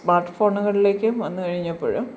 smart ഫോണുകളിലേക്കു വന്നു കഴിഞ്ഞപ്പോൾ